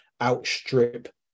outstrip